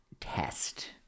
test